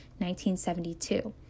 1972